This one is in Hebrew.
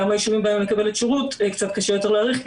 גם בישובים שמקבלים שירות קצת קשה יותר להעריך כי